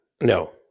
No